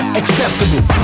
acceptable